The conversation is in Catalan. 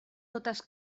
totes